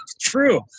true